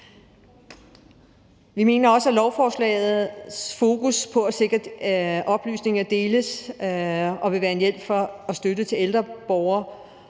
Vi mener også, at lovforslagets fokus på at sikre, at oplysninger deles, vil være en hjælp for og støtte til ældre borgere